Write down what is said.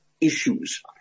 issues